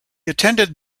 attended